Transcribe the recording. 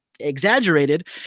exaggerated